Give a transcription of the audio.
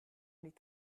les